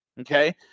Okay